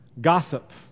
gossip